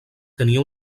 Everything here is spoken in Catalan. tenia